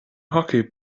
hockey